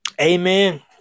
Amen